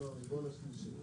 לא, הרבעון השלישי.